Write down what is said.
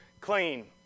clean